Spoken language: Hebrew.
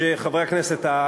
חברי הכנסת,